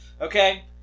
Okay